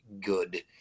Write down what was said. good